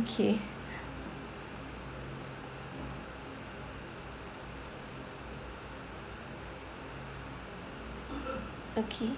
okay okay